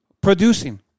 Producing